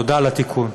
תודה על התיקון.